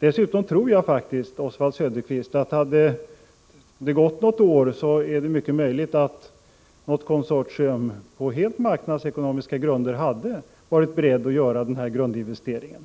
Dessutom är jag faktiskt övertygad om, Oswald Söderqvist, att efter ungefär ett år skulle något konsortium på helt marknadsekonomiska grunder ha varit berett att göra denna grundinvestering.